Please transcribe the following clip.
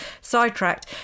sidetracked